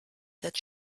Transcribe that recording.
that